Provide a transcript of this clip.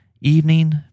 evening